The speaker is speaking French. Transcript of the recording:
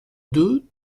deux